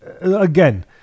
again